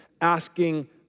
asking